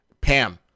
Pam